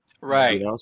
Right